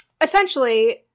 Essentially